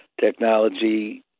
technology